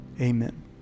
Amen